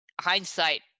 hindsight